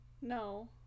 No